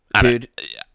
Dude